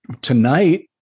Tonight